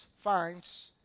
finds